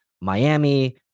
Miami